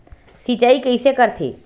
सिंचाई कइसे करथे?